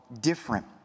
different